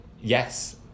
Yes